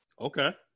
Okay